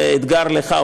זה אתגר לך,